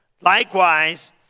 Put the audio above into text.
likewise